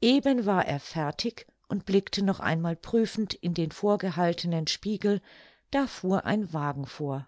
eben war er fertig und blickte noch einmal prüfend in den vorgehaltenen spiegel da fuhr ein wagen vor